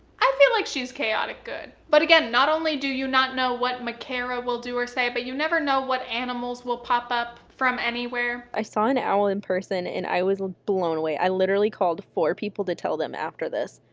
i feel like she's chaotic good. but again, not only do you not know what micarah will do or say, but you never know what animals will pop up from anywhere. i saw an owl in person and i was blown away, i literally called four people to tell them after this.